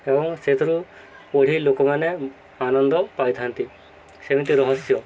ଏବଂ ସେଥିରୁ ପଢ଼ି ଲୋକମାନେ ଆନନ୍ଦ ପାଇଥାନ୍ତି ସେମିତି ରହସ୍ୟ